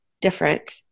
different